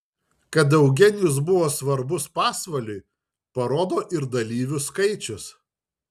kad eugenijus buvo svarbus pasvaliui parodo ir dalyvių skaičius